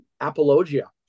apologia